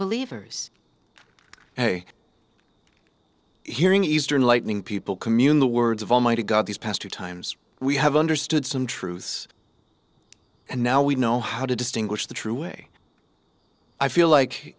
believers hearing eastern lightning people commune the words of almighty god these past few times we have understood some truths and now we know how to distinguish the true way i feel like